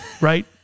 Right